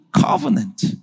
covenant